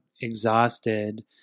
exhausted